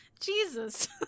jesus